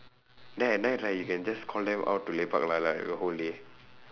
then at night right you can just call them out to lepak lah like the whole day